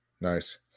Nice